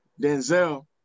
Denzel